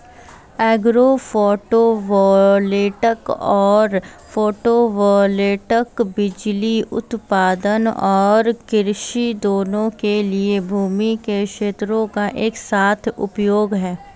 agro photovoltaic सौर photovoltaic बिजली उत्पादन और कृषि दोनों के लिए भूमि के क्षेत्रों का एक साथ उपयोग है